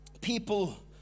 people